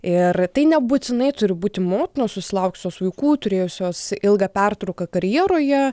ir tai nebūtinai turi būti motinos susilaukusios vaikų turėjusios ilgą pertrauką karjeroje